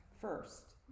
first